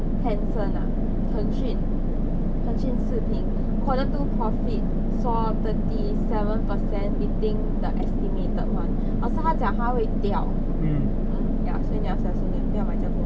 Tencent ah 腾讯腾讯视频 quarter two profit saw thirty seven percent beating the estimated [one] orh 是他讲他会掉 ya 所以你要小心一点不要买这样多